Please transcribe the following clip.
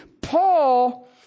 Paul